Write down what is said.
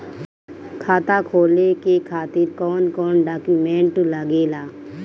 खाता खोले के खातिर कौन कौन डॉक्यूमेंट लागेला?